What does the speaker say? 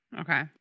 Okay